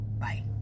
Bye